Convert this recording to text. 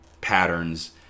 patterns